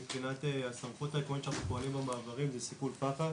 מבחינת הסמכות העקרונית שאנחנו פועלים במעברים זה סיכול פח"ע